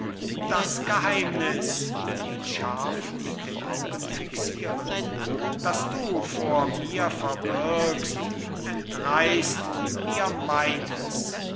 das geheimnis ihn scharf mit den augen fixierend das du vor mir verbirgst entreißt mir meines